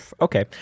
okay